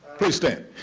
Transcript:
please stand.